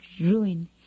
ruin